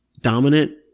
Dominant